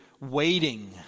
waiting